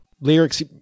lyrics